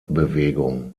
bewegung